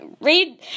Read